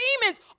demons